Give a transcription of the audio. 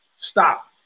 Stop